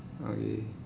okay